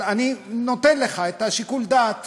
אבל אני נותן לך את שיקול הדעת